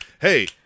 Hey